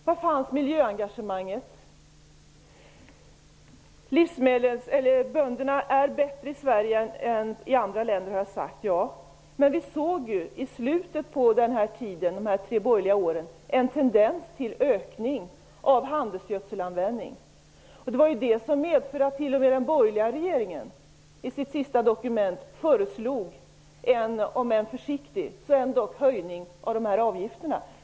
Var fanns miljöengagemanget? Jag har sagt att bönderna i Sverige är bättre än i andra länder. I slutet av de tre borgerliga åren såg vi en tendens till en ökning av handelsgödselanvändningen. Det medförde att t.o.m. den borgerliga regeringen i sitt sista dokument föreslog en, om än försiktig, höjning av avgifterna.